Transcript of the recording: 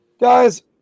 guys